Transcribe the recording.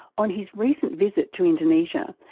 on his recent visit to indonesia,